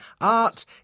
art